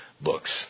books